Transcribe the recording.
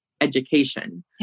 education